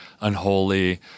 unholy